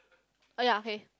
oh ya K